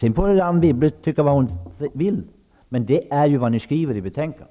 -- Anne Wibble får tycka vad hon vill, men det är i alla fall vad ni säger i betänkandet.